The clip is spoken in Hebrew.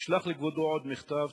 נשלח לכבודו עוד מכתב,